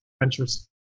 ventures